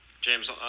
James